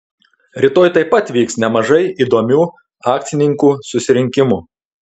rytoj taip pat vyks nemažai įdomių akcininkų susirinkimų